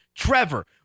Trevor